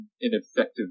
ineffective